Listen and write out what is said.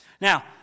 Now